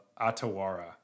Atawara